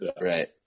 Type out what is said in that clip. Right